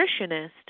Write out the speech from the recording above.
nutritionist